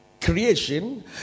creation